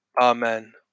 Amen